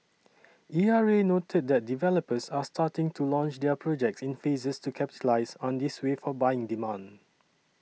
E R A noted that developers are starting to launch their projects in phases to capitalise on this wave for buying demand